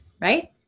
right